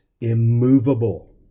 immovable